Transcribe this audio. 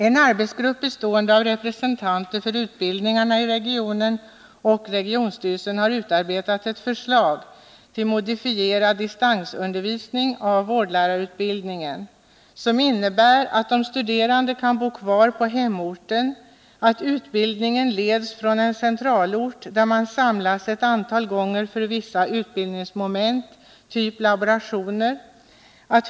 En arbetsgrupp, bestående av representanter för utbildningarna i regionen och regionstyrelsen, har utarbetat ett förslag till modifierad distansundervisning när det gäller vårdlärarutbildningen som innebär att de studerande kan bo kvar på hemorten. Utbildningen leds från en centralort, där man samlas ett antal gånger för vissa utbildningsmoment — typ laborationer.